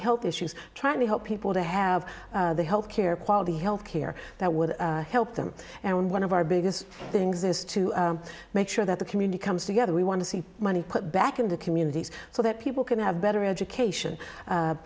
health issues trying to help people to have health care quality health care that would help them and one of our biggest things is to make sure that the community comes together we want to see money put back in the communities so that people can have better education